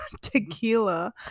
tequila